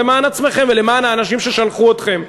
אלא למען עצמכם ולמען האנשים ששלחו אתכם.